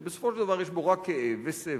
שבסופו של דבר יש בו רק כאב וסבל,